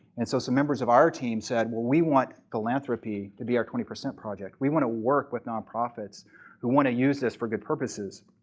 and so some members of our team said, we want philanthropy to be our twenty percent project. we want to work with nonprofits who want to use this for good purposes.